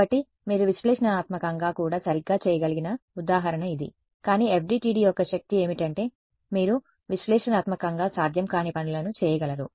కాబట్టి మీరు విశ్లేషణాత్మకంగా కూడా సరిగ్గా చేయగలిగిన ఉదాహరణ ఇది కానీ FDTD యొక్క శక్తి ఏమిటంటే మీరు విశ్లేషణాత్మకంగా సాధ్యం కాని పనులను చేయగలరు